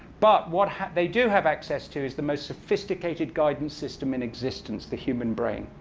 but what they do have access to is the most sophisticated guidance system in existence, the human brain.